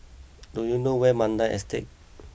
do you know where Mandai Estate